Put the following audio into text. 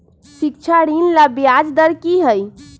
शिक्षा ऋण ला ब्याज दर कि हई?